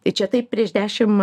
tai čia taip prieš dešimt